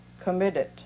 committed